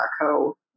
co